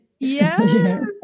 Yes